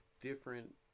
different